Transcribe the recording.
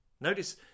Notice